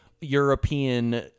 European